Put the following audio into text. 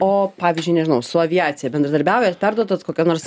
o pavyzdžiui nežinau su aviacija bendradarbiaujat perduodat kokią nors